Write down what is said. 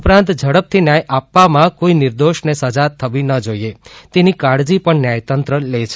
ઉપરાંત ઝડપથી ન્યાય આપવામાં કોઇ નિર્દોર્ષને સજા ન થવી જોઇએ તેની કાળજી પણ ન્યાયતંત્ર લે છે